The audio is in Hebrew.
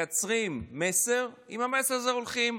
מייצרים מסר, ועם המסר הזה הולכים.